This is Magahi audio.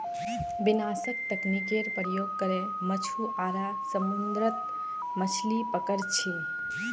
विनाशक तकनीकेर प्रयोग करे मछुआरा समुद्रत मछलि पकड़ छे